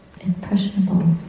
impressionable